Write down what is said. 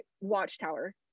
watchtower